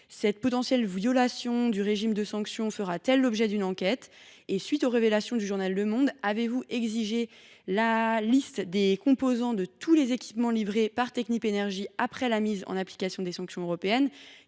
Cette potentielle violation du régime de sanctions fera t elle l’objet d’une enquête ? À la suite des révélations du journal, avez vous exigé la liste des composants de tous les équipements livrés par Technip Energies après la mise en application des sanctions européennes ?